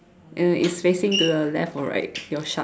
uh it's facing to the left or right your shark